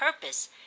purpose